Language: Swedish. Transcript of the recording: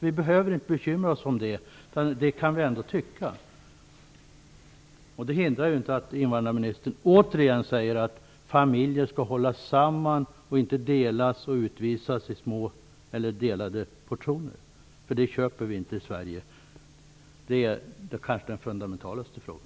Vi behöver därför inte bekymra oss om att vi har den åsikten. Det hindrar inte att invandrarministern återigen säger att familjer skall hållas samman och inte splittras genom att utvisas i olika omgångar. Det accepterar vi inte i Sverige, eftersom det är den kanske mest fundamentala frågan.